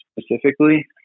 specifically